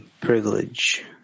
privilege